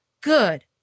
good